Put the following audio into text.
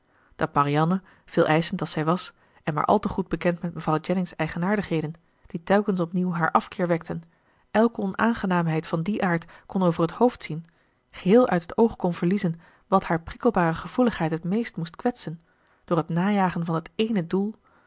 dat marianne veeleischend als zij was en maar al te goed bekend met mevrouw jennings eigenaardigheden die telkens opnieuw haar afkeer wekten elke onaangenaamheid van dien aard kon over het hoofd zien geheel uit het oog kon verliezen wat haar prikkelbare gevoeligheid het meest moest kwetsen door het najagen van dat ééne doel